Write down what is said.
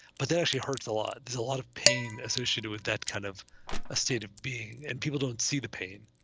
but that actually hurts a lot. there's a lot of pain associated with that kind of a state of being. and people don't see the pain.